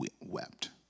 wept